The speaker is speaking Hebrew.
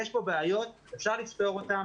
יש פה בעיות, אפשר לפתור אותן.